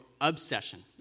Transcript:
obsession